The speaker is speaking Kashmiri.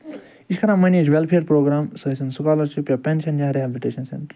یہِ چھِ کَران منیج ویلفیر پرٛوگرام سُہ ٲسِن سُکالرشِپ یا پٮ۪نشن یا ریہبُلٹیٚشن سینٛٹر